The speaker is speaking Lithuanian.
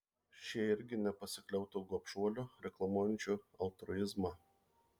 šie irgi nepasikliautų gobšuoliu reklamuojančiu altruizmą